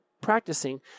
practicing